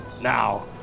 Now